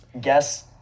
guess